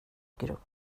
grupp